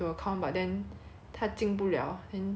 it has been suspended d~ so she ask me to check